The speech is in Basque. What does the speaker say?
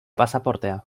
pasaportea